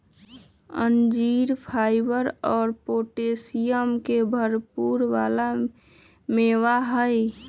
अंजीर फाइबर और पोटैशियम के भरपुर वाला मेवा हई